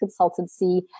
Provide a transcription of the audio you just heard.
consultancy